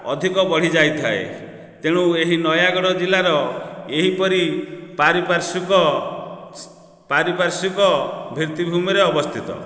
ଅଧିକ ବଢ଼ି ଯାଇଥାଏ ତେଣୁ ଏହି ନୟାଗଡ଼ ଜିଲ୍ଲାର ଏହିପରି ପାରିପାର୍ଶ୍ୱିକ ପାରିପାର୍ଶ୍ୱିକ ଭିତ୍ତିଭୂମିରେ ଅବସ୍ଥିତ